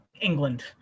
England